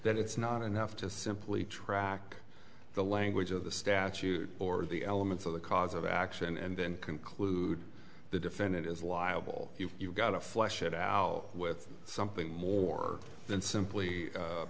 that it's not enough to simply track the language of the statute or the elements of the cause of action and then conclude the defendant is liable you've got to flesh it out with something more than simply